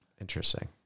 Interesting